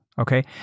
Okay